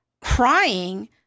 crying